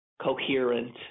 coherent